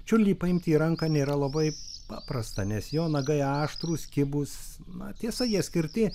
čiurlį paimti į ranką nėra labai paprasta nes jo nagai aštrūs kibūs na tiesa jie skirti